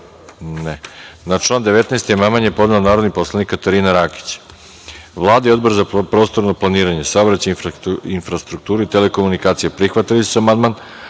(Ne.)Na član 19. amandman je podneo narodni poslanik Katarina Rakić. Vlada i Odbor za prostorno planiranje, saobraćaj, infrastrukturu i telekomunikacija prihvatili su amandman,